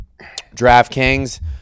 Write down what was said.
DraftKings